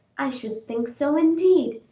i should think so, indeed!